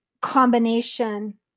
combination